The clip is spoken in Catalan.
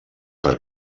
per